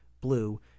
blue